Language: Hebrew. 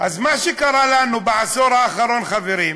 מה שקרה לנו בעשור האחרון, חברים,